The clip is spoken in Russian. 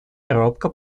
робко